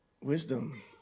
Wisdom